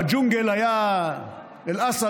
אל-אסד,